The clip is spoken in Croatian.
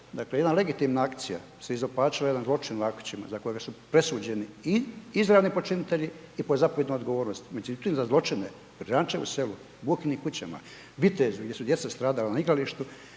dakle, jedna legitimna akcija se izopačila u jedan zločin u Ahmićima za kojega su presuđeni i izravni počinitelji i po zapovjednoj odgovornosti. Međutim, za zločine u Križančevu selu, Buhinim kućama, Vitezu gdje su djeca stradala na igralištu,